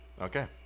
Okay